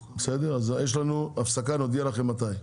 יש לנו הפסקה, ונודיע לכם מתי חוזרים.